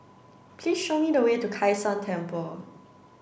please show me the way to Kai San Temple